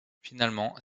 finalement